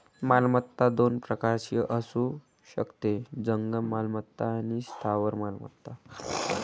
मालमत्ता दोन प्रकारची असू शकते, जंगम मालमत्ता आणि स्थावर मालमत्ता